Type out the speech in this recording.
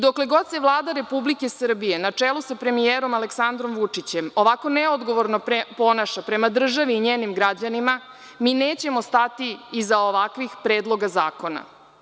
Dokle god se Vlada Republike Srbije, na čelu sa premijerom Aleksandrom Vučićem, ovako neodgovorno ponaša prema državi i njenim građanima, mi nećemo stati iz ovakvih predloga zakona.